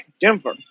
Denver